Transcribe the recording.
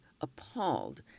appalled